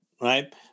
right